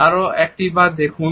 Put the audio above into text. আরো একটি বার এটি দেখুন